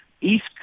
east